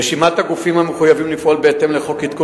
רשימת הגופים המחויבים לפעול בהתאם לחוק עדכון